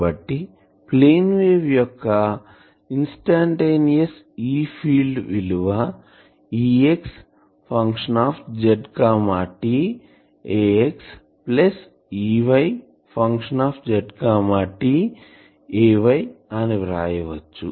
కాబట్టి plane wave యొక్క instantaneous E field విలువ Exz t ax Ey z t ay అని వ్రాయవచ్చు